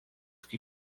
que